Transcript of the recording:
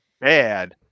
bad